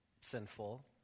sinful